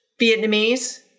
Vietnamese